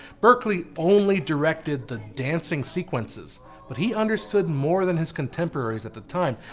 berkeley only directed the dancing sequences but he understood more than his contemporaries at the time,